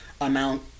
amount